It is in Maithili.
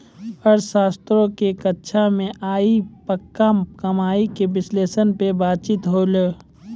अर्थशास्त्रो के कक्षा मे आइ पक्का कमाय के विश्लेषण पे बातचीत होलै